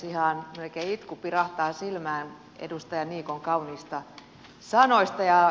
ihan melkein itku pirahtaa silmään edustaja niikon kauniista sanoista